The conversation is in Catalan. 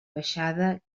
baixada